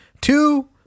two